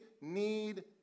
need